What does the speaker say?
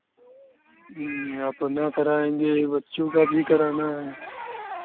ह्म्म अपना कराएंगे बच्चियों का भी कराना है